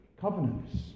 covenants